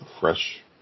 fresh